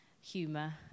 humour